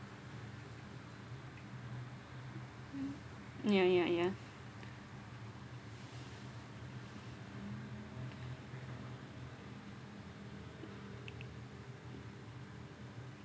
ya ya ya